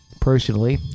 personally